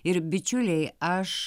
ir bičiuliai aš